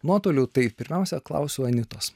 nuotoliu tai pirmiausia klausiau anitos